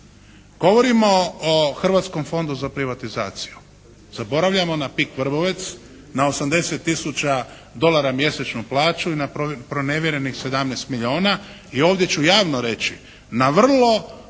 Govorimo o Hrvatskom fondu za privatizaciju. Zaboravljamo na PIK "Vrbovec", na 80 tisuća dolara mjesečnu plaću i na pronevjerenih 17 milijuna. I ovdje ću javno reći, na vrlo